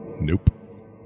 Nope